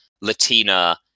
latina